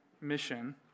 mission